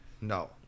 No